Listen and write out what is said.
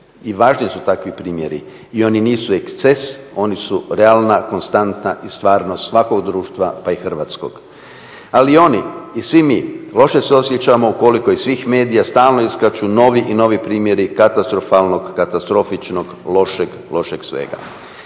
i važniji su takvi primjeri. I oni nisu eksces, oni su realna konstanta i stvarnost svakog društva pa i hrvatskog. Ali oni i svi mi loše se osjećamo ukoliko iz svih medija stalno iskaču novi i novi primjeri katastrofalnog, katastrofičnog, lošeg svega.